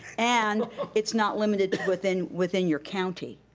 and it's not limited within within your county.